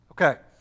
Okay